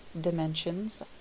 dimensions